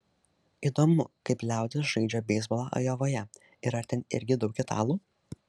įdomu kaip liaudis žaidžia beisbolą ajovoje ir ar ten irgi daug italų